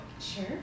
Sure